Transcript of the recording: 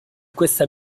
questa